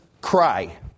cry